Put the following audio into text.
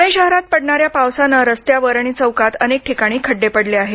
पुणे शहरात पडणाऱ्या पावसानं रस्त्यावर आणि चौकात अनेक ठिकाणी खड्डे पडले आहेत